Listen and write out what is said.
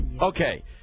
Okay